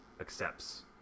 accepts